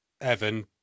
evan